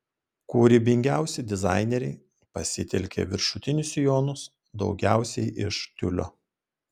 kūrybingiausi dizaineriai pasitelkė viršutinius sijonus daugiausiai iš tiulio